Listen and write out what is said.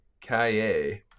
Kaye